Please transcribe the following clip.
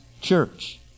church